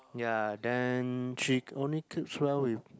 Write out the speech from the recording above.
ya then she only clicks well with